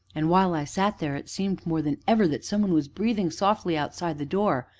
and while i sat there it seemed more than ever that somebody was breathing softly outside the door.